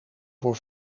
voor